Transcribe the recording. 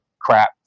crap